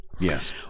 Yes